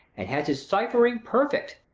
and has his cyphering perfect.